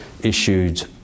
issued